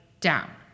down